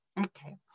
Okay